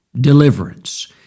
deliverance